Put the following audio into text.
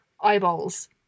eyeballs